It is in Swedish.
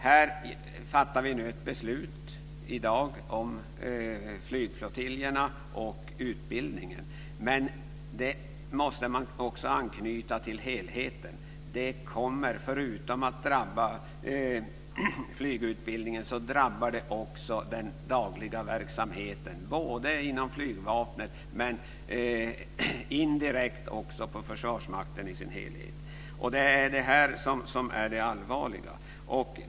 Här fattar vi alltså ett beslut i dag om flygflottiljerna och utbildningen. Men det måste man också anknyta till helheten. Förutom att det drabbar flygutbildningen drabbas också den dagliga verksamheten, inom flygvapnet och indirekt också inom Försvarsmakten i dess helhet. Det är detta som är det allvarliga.